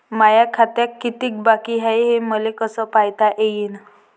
माया खात्यात कितीक बाकी हाय, हे मले कस पायता येईन?